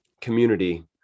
community